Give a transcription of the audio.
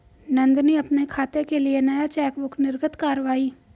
नंदनी अपने खाते के लिए नया चेकबुक निर्गत कारवाई